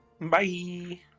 Bye